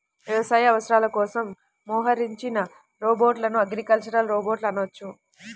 వ్యవసాయ అవసరాల కోసం మోహరించిన రోబోట్లను అగ్రికల్చరల్ రోబోట్ అనవచ్చు